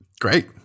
great